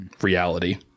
reality